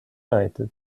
united